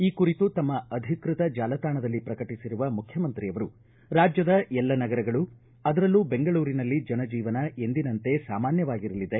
ಈ ಕುರಿತು ತಮ್ಮ ಅಧಿಕೃತ ಜಾಲತಾಣದಲ್ಲಿ ಪ್ರಕಟಿಸಿರುವ ಮುಖ್ಯಮಂತ್ರಿಯವರು ರಾಜ್ಯದ ಎಲ್ಲ ನಗರಗಳು ಅದರಲ್ಲೂ ಬೆಂಗಳೂರಿನಲ್ಲಿ ಜನ ಜೀವನ ಎಂದಿನಂತೆ ಸಾಮಾನ್ಣವಾಗಿರಲಿದೆ